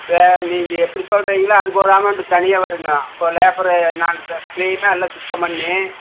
இப்போ நீங்கள் எப்படி சொல்கிறிங்களோ அதுக்கு ஒரு அமௌண்ட்டு தனியாக வரும்ங்க அப்போ லேபரு நாங்கள் க்ளீனாக எல்லாம் சுத்தம் பண்ணி